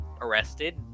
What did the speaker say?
arrested